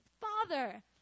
father